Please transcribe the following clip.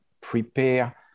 prepare